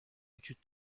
وجود